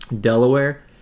Delaware